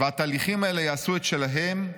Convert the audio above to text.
והתהליכים האלה יעשו את שלהם,